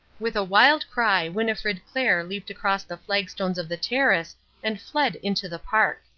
with a wild cry winnifred clair leaped across the flagstones of the terrace and fled into the park.